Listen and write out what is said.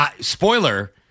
spoiler